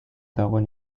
dagoen